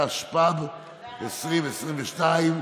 התשפ"ב 2022,